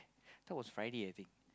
that was Friday I think